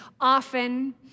often